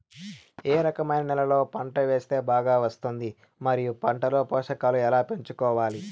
ఏ రకమైన నేలలో పంట వేస్తే బాగా వస్తుంది? మరియు పంట లో పోషకాలు ఎలా పెంచుకోవాలి?